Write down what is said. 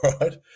right